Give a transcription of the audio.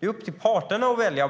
Det är upp till parterna att välja